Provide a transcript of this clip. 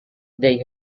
they